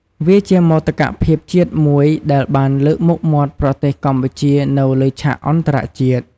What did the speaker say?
វាជាមោទកភាពជាតិមួយដែលបានលើកមុខមាត់ប្រទេសកម្ពុជានៅលើឆាកអន្តរជាតិ។